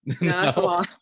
No